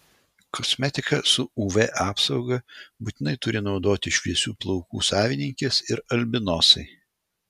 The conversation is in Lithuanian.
kosmetiką su uv apsauga būtinai turi naudoti šviesių plaukų savininkės ir albinosai